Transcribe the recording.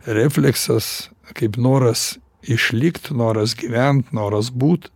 refleksas kaip noras išlikt noras gyvent noras būt